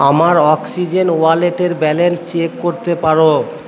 আমার অক্সিজেন ওয়ালেটের balance check করতে পারো